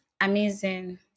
amazing